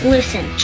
Listen